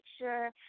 sure